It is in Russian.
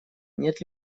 нет